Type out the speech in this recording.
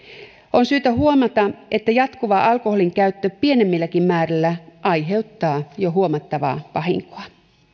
on syytä huomata että jatkuva alkoholinkäyttö pienemmilläkin määrillä aiheuttaa jo huomattavaa vahinkoa